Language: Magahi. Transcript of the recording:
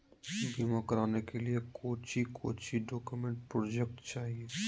बीमा कराने के लिए कोच्चि कोच्चि डॉक्यूमेंट प्रोजेक्ट चाहिए?